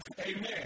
Amen